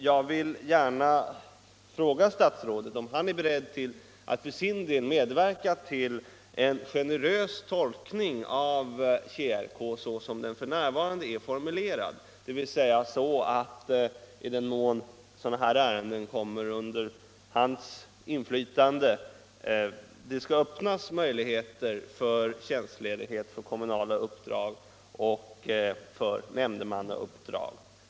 Jag vill fråga statsrådet om han är beredd att för sin del medverka till en generös tolkning av TjRK såsom den f.n. är formulerad, dvs. så att det — i den mån sådana här ärenden kommer under hans inflytande — Öppnas möjlighet att få tjänstledighet för kommunala uppdrag och för nämndemannauppdrag.